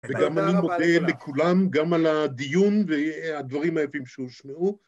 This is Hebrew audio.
תודה רבה לכולם, וגם אני מודה לכולם גם על הדיון והדברים היפים שהושמעו